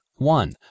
one